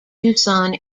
tucson